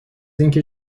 اینکه